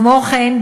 כמו כן,